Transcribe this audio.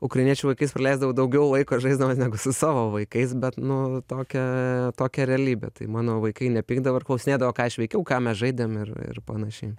ukrainiečių vaikais praleisdavau daugiau laiko žaisdamas negu su savo vaikais bet nu tokia tokia realybė tai mano vaikai nepykdavo ir klausinėdavo ką aš veikiau ką mes žaidėm ir ir panašiai